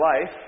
life